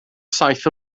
saith